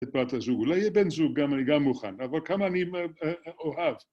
‫את בת הזוג. ‫אולי יהיה בן זוג, אני גם מוכן, ‫אבל כמה אני אוהב.